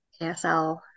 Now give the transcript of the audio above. ASL